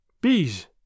Bees